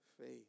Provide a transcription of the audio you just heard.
faith